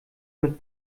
mit